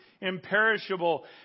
imperishable